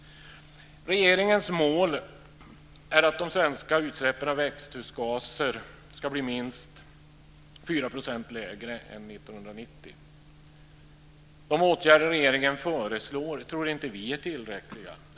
Regeringens mål är att de svenska utsläppen av växthusgaser ska bli minst 4 % lägre än 1990. Vi tror inte att de åtgärder regeringen föreslår är tillräckliga.